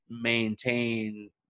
maintain